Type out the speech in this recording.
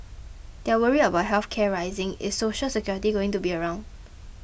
they're worried about health care rising is Social Security going to be around